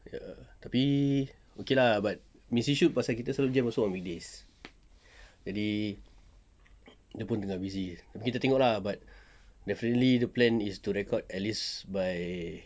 ya tapi okay lah but missy shoot pasal kita selalu jam also on weekdays jadi dia pun tengah busy tapi kita tengok lah but definitely the plan is to record at least by